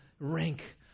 rank